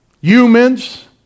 humans